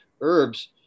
herbs